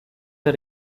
are